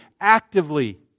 actively